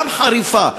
גם חריפה,